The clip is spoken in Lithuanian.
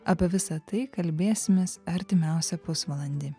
apie visą tai kalbėsimės artimiausią pusvalandį